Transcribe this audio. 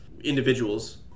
individuals